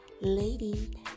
Lady